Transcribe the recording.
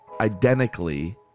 identically